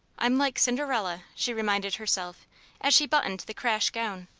i'm like cinderella, she reminded herself as she buttoned the crash gown,